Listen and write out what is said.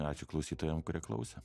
ačiū klausytojam kurie klausė